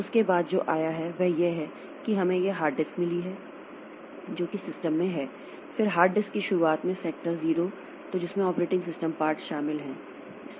उसके बाद जो आया है वह यह है कि हमें यह हार्ड डिस्क मिली है जो कि सिस्टम में है फिर हार्ड डिस्क की शुरुआत में सेक्टर 0 तो जिसमें ऑपरेटिंग सिस्टम पार्ट्स शामिल हैं